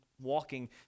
walking